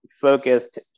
focused